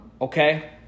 okay